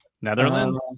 Netherlands